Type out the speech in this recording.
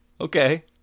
okay